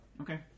Okay